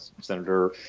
Senator